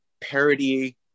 parody